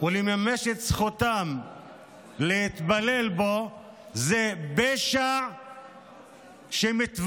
ולממש את זכותם להתפלל בו זה פשע שמתווסף